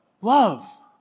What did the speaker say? love